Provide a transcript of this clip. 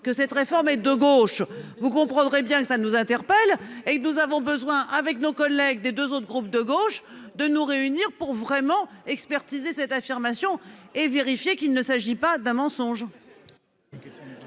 que cette réforme est de gauche, vous comprendrez bien que ça nous interpelle et nous avons besoin avec nos collègues des 2 autres groupes de gauche, de nous réunir pour vraiment expertiser cette affirmation et vérifier qu'il ne s'agit pas d'un mensonge.